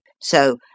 So